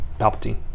Palpatine